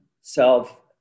self